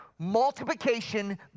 multiplication